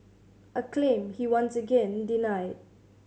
a claim he once again denied